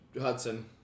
Hudson